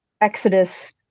exodus